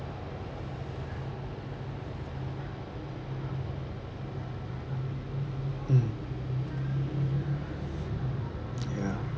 mm ya